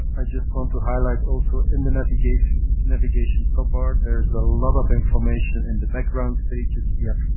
i just want to highlight, also, in the navigation navigation top bar, there is a lot of information in the background pages yeah